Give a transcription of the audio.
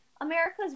America's